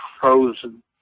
frozen